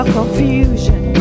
confusion